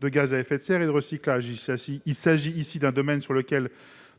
de gaz à effet de serre. Il s'agit ici d'un domaine sur lequel